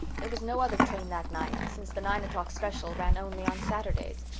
there was no other train that night, since the nine o'clock special ran only on saturdays.